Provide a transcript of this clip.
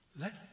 Let